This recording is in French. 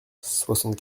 soixante